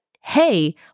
hey